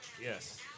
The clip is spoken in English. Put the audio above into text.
Yes